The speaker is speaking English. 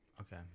Okay